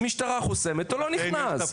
משטרה חוסמת הוא לא נכנס.